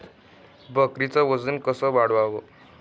बकरीचं वजन कस वाढवाव?